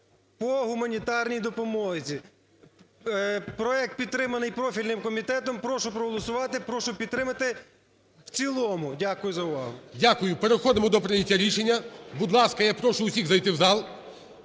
по гуманітарній допомозі. Проект підтриманий профільним комітетом. Прошу проголосувати, прошу підтримати в цілому. Дякую за увагу. ГОЛОВУЮЧИЙ. Дякую. Переходимо до прийняття рішення. Будь ласка, я прошу всіх зайти у зал.